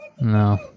No